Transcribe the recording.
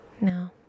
No